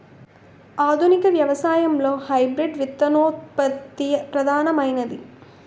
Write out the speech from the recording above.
ఆధునిక వ్యవసాయంలో హైబ్రిడ్ విత్తనోత్పత్తి ప్రధానమైనది